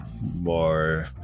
more